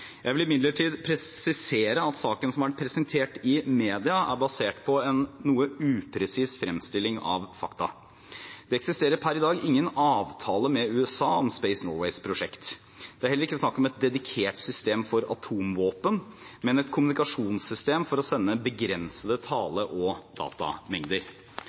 Jeg vil imidlertid presisere at saken som har vært presentert i media, er basert på en noe upresis fremstilling av fakta. Det eksisterer per i dag ingen avtale med USA om Space Norways prosjekt. Det er heller ikke snakk om et dedikert system for atomvåpen, men et kommunikasjonssystem for å sende begrensede tale- og datamengder.